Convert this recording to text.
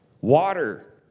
Water